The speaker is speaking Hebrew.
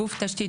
גוף תשתית,